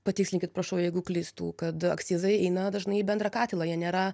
patikslinkit prašau jeigu klystu kad akcizai eina dažnai į bendrą katilą jie nėra